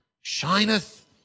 shineth